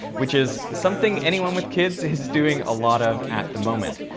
which is something anyone with kids is doing a lot of at the moment.